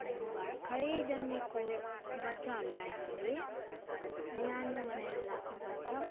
भर्खरै जन्मिएको बच्चाहरूलाई हामीले न्यानो बनाएर राख्नु पर्छ